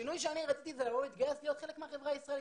השינוי שרציתי זה להתגייס ולהיות חלק מהחברה הישראלית.